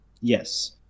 Yes